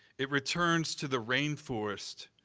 it returns to the rainforest,